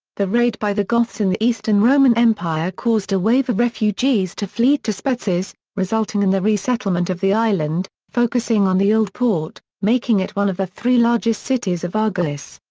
the raid by the goths in the eastern roman empire caused a wave of refugees to flee to spetses, resulting in the re-settlement of the island, focusing on the old port, making it one of the three largest cities of argolis.